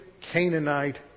Canaanite